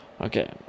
Okay